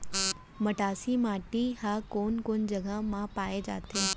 मटासी माटी हा कोन कोन जगह मा पाये जाथे?